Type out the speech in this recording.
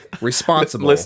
responsible